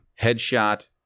headshot